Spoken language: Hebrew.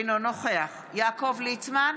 אינו נוכח יעקב ליצמן,